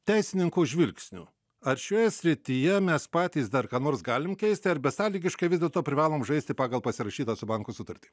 teisininkų žvilgsniu ar šioje srityje mes patys dar ką nors galim keisti ar besąlygiškai vis dėlto privalom žaisti pagal pasirašytą su banku sutartį